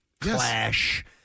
clash